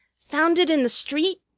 found it in the street?